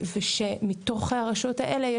ושמתוך הרשויות האלה,